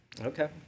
Okay